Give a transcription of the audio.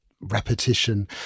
repetition